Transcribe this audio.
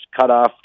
cut-off